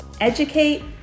Educate